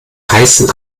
heißen